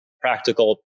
practical